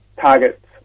targets